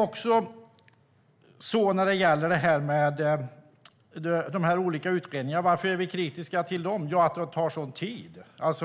Varför är vi då kritiska till de olika utredningarna? Jo, därför att de tar sådan tid.